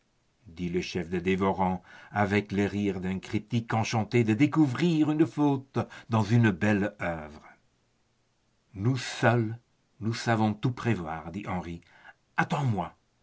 dit le chef des dévorants avec le rire d'un critique enchanté de découvrir une faute dans une belle œuvre nous seuls nous savons tout prévoir dit henri attends-moi